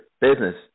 business